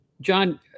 John